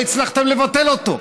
לא הצלחתם לבטל אותו,